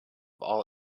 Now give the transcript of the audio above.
all